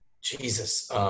Jesus